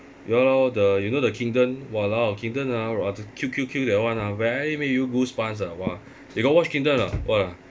ya lor the you know the kingdom !walao! kingdom ah !wah! the kill kill kill that one ah very make you goosebumps ah !wah! you got watch kingdom or not !wah!